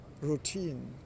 routine